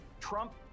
Trump